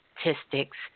Statistics